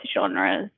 genres